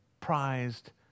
prized